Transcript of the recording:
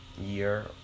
year